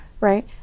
right